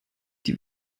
die